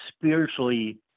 spiritually